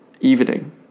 evening